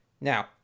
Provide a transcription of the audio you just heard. Now